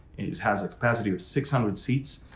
and it has a capacity of six hundred seats,